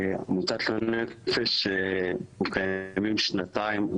עמותת לנפש אנחנו קיימים שנתיים,